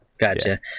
Gotcha